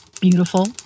beautiful